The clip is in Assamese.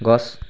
গছ